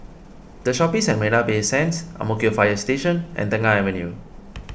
the Shoppes at Marina Bay Sands Ang Mo Kio Fire Station and Tengah Avenue